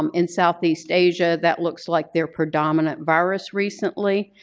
um in southeast asia, that looks like their predominant virus recently.